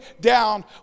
down